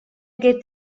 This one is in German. geht